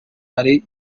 karere